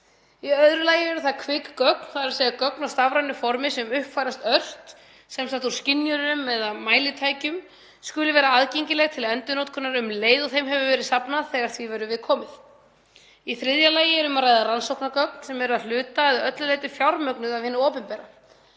Í öðru lagi að kvik gögn, þ.e. gögn á stafrænu formi sem uppfærast ört, svo sem úr skynjurum og mælitækjum, skulu nú vera aðgengileg til endurnotkunar um leið og þeim hefur verið safnað, þegar því verður við komið. Í þriðja lagi er um að ræða rannsóknargögn sem eru að hluta eða öllu leyti fjármögnuð af hinu opinbera.